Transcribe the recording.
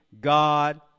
God